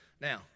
Now